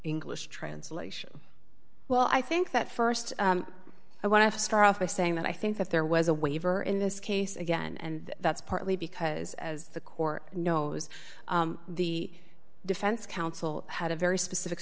english translation well i think that st i want to start off by saying that i think that there was a waiver in this case again and that's partly because as the court knows the defense counsel had a very specific